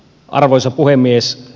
arvoisa puhemies